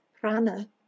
prana